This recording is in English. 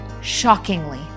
shockingly